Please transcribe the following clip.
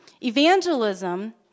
Evangelism